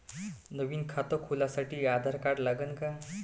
नवीन खात खोलासाठी आधार कार्ड लागन का?